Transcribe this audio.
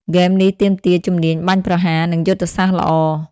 ហ្គេមនេះទាមទារជំនាញបាញ់ប្រហារ និងយុទ្ធសាស្ត្រល្អ។